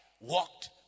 walked